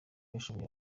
yashoye